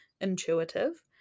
intuitive